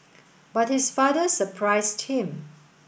but his father surprised him